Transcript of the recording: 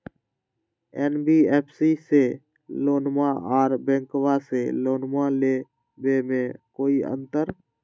NBFC से लोनमा आर बैंकबा से लोनमा ले बे में कोइ अंतर?